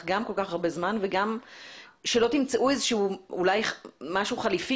כל כך הרבה זמן וגם שלא תמצאו איזשהו משהו חליפי